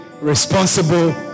responsible